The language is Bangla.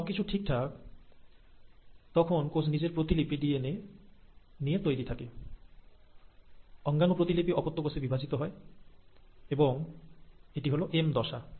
যখন সবকিছু ঠিকঠাক তখন কোষ নিজের প্রতিলিপি ডিএনএ নিয়ে তৈরি থাকে ডুবলিকেট অর্গণেলস অপত্য কোষে বিভাজিত হয় এবং এটি হল এম দশা